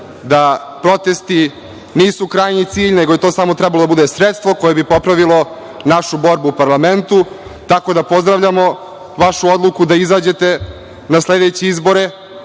da protesti nisu krajnji cilj, nego je to samo trebalo da bude sredstvo koje bi popravilo našu borbu u parlamentu. Tako da, pozdravljamo vašu odluku da izađete na sledeće izbore,